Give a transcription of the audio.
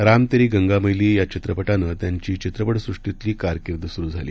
रामतेरीगंगामैलीयाचित्रपटानंत्यांचीचित्रपटसृष्टीतलीकारकीर्दसुरुझाली